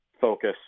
focus